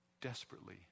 desperately